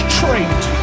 trait